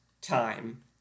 time